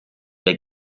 they